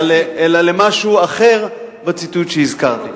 אלא על משהו אחר בציטוט שהזכרתי.